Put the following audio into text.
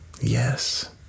Yes